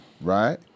right